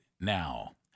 now